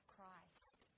Christ